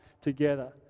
together